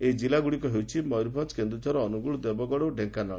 ଏହି ଜିଲ୍ଲଗୁଡ଼ିକ ହେଉଛି ମୟୁରଭଞ୍ଞ କେନୁଝର ଅନୁଗୁଳ ଦେବଗଡ଼ ଓ ଢ଼େଙ୍କାନାଳ